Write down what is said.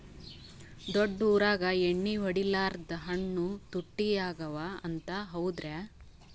ದೊಡ್ಡ ಊರಾಗ ಎಣ್ಣಿ ಹೊಡಿಲಾರ್ದ ಹಣ್ಣು ತುಟ್ಟಿ ಅಗವ ಅಂತ, ಹೌದ್ರ್ಯಾ?